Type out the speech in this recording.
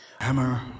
Hammer